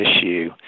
issue